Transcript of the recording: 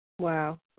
Wow